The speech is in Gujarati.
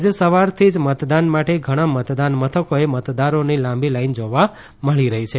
આજે સવારથી જ મતદાન માટે ઘણા મતદાન મથકોએ મતદારોની લાંબી લાઈન જોવા મળી રહી છે